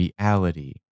reality